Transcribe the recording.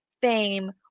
fame